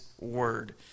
word